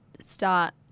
start